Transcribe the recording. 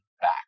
back